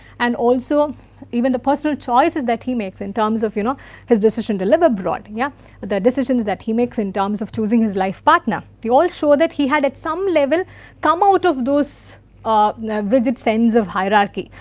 and also even the personal choices that he makes in terms of you know his decision to live abroad. yeah the decision is that he makes in terms of choosing his life partner, they all show that he had at some level come out of those ah rigid sense of hierarchy.